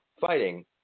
fighting